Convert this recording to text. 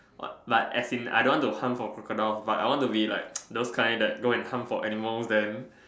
what but as in I don't want to harm for crocodile but I want to be like those kind that go harm for animal than